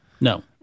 No